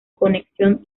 conexión